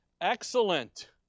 Excellent